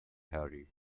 hurry